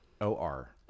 o-r